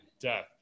death